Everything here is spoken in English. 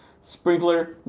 sprinkler